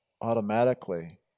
Automatically